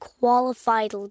qualified